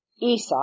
Esau